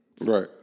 Right